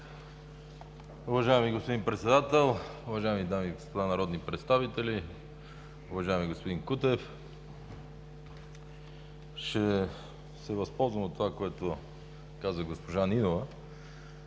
Уважаеми господин Председател, уважаеми дами и господа народни представители, уважаеми господин Кутев! Ще се възползвам от това, което каза госпожа Нинова